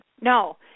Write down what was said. No